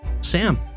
Sam